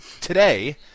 today